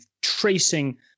tracing